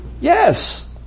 Yes